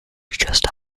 just